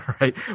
right